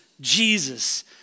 Jesus